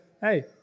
Hey